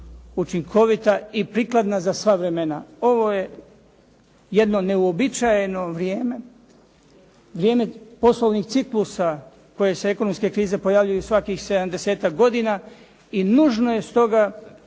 učinkovita i prikladna za sva vremena. Ovo je jedno neuobičajeno vrijeme, vrijeme poslovnih ciklusa u kojoj se ekonomske krize pojavljuju svakih 70-tak godina i nužno je stoga